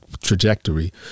trajectory